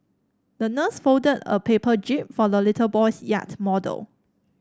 the nurse folded a paper jib for the little boy's yacht model